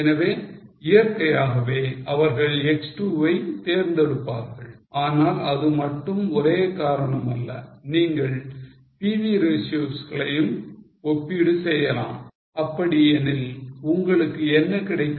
எனவே இயற்கையாகவே அவர்கள் X2 வை தேர்ந்தெடுப்பார்கள் ஆனால் அது மட்டும் ஒரே காரணமல்ல நீங்கள் PV ratios களையும் ஒப்பீடு செய்யலாம் அப்படி எனில் உங்களுக்கு என்ன கிடைக்கும்